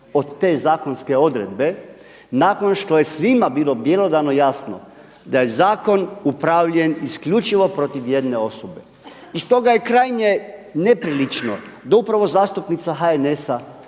od te zakonske odredbe nakon što je svima bilo bjelodano jasno da je zakon upravljen isključivo protiv jedne osobe. I stoga je krajnje neprilično da upravo zastupnica HNS-a